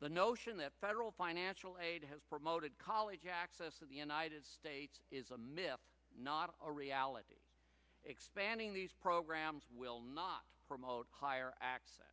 the notion that federal financial aid has promoted college access to the united states is a myth not a reality expanding these programs will not promote higher access